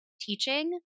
teaching